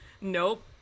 Nope